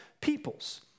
peoples